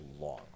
long